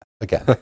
again